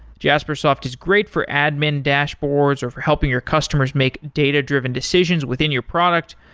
jaspersoft is great for admin dashboards, or for helping your customers make data-driven decisions within your product,